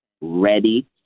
ready